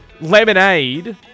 lemonade